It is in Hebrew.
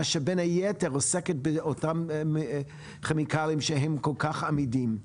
שבין היתר עוסקת באותם כימיקלים שכל כך עמידים.